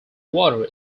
water